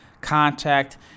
contact